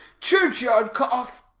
church-yard cough